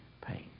pain